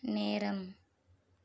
நேரம்